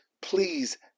Please